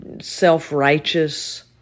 self-righteous